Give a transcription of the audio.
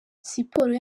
siporo